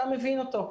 אתה מבין אותו.